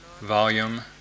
volume